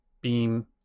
beam